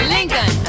Lincoln